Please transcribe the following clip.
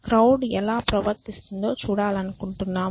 crowd ఎలా ప్రవర్తిస్తుందో చూడాలనుకుంటున్నాము